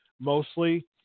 mostly